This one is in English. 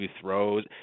throws